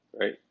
right